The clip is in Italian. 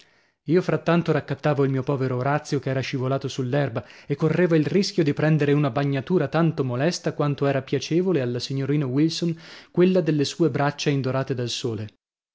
io frattanto raccattavo il mio povero orazio che era scivolato sull'erba e correva il rischio di prendere una bagnatura tanto molesta quanto era piacevole alla signorina wilson quella delle sue braccia indorate dal sole